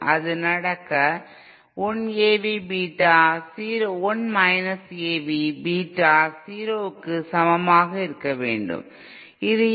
அது நடக்க 1 AV beta 0 க்கு சமமாக இருக்கவேண்டும் இது ஏ